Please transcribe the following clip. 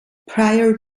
prior